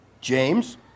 James